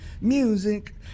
music